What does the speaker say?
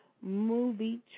movie